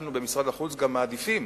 אנחנו במשרד החוץ גם מעדיפים